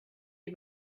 die